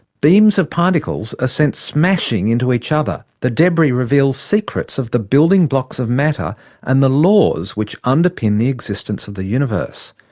beams of particles are ah sent smashing into each other. the debris reveals secrets of the building blocks of matter and the laws which underpin the existence of the universe.